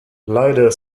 leider